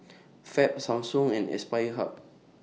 Fab Samsung and Aspire Hub